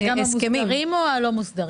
מדובר בישובים המוסדרים או בישובים הלא מוסדרים?